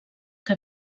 que